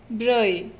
ब्रै